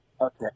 Okay